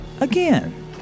again